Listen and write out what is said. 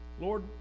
Lord